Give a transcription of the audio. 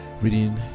reading